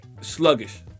Sluggish